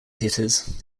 hitters